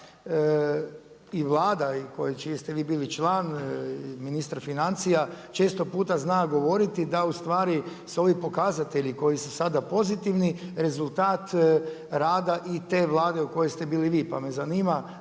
i koji, čiji ste vi bili član i ministar financija, često puta zna govoriti da ustvari su ovi pokazatelji koji su sada pozitivni rezultat i te Vlade u kojoj ste bili i vi. Pa me zanima,